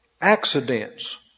accidents